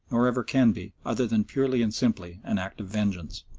nor ever can be, other than purely and simply an act of vengeance.